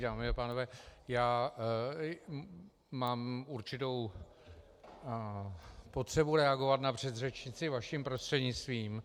Dámy a pánové, já mám určitou potřebu reagovat na předřečnici vaším prostřednictvím.